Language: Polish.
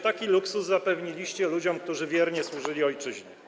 Taki luksus zapewniliście ludziom, którzy wiernie służyli ojczyźnie.